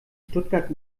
stuttgart